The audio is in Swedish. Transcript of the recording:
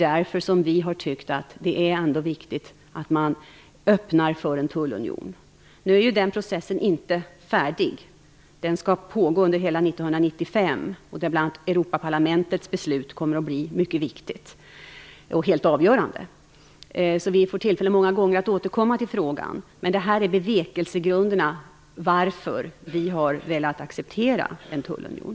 Därför har vi tyckt att det ändå är viktigt att man öppnar för en tullunion. Nu är den processen inte färdig. Den skall pågå under hela 1995 där bl.a. Europaparlamentets beslut kommer att vara mycket viktigt, helt avgörande. Vi får tillfälle många gånger att återkomma till frågan, men det här är bevekelsegrunderna till att vi har velat acceptera en tullunion.